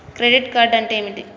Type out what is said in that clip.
Credit card అంటే ఏమిటి?